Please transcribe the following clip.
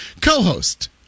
Co-host